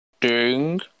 Ding